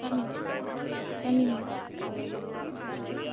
ᱠᱟᱹᱢᱤ ᱦᱩᱭᱩᱜ ᱠᱟᱹᱢᱤ ᱦᱳᱭᱳᱜᱼᱟ ᱟᱨ